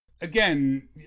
Again